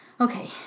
Okay